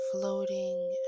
Floating